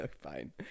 Fine